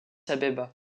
abeba